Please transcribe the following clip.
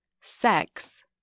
sex